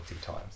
times